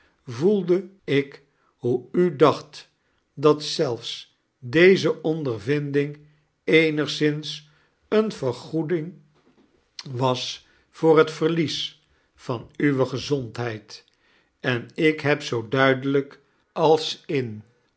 voelde ik hoe u dacht dat zelfs deze omdervindjng eenigszins eene vergoeding was voor het verlies van uwe gezondheid en ik heb zoo duidelijk als in